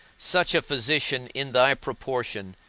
such a physician in thy proportion,